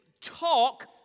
talk